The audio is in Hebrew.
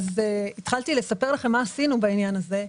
התחלתי לספר לכם מה עשינו בעניין הזה.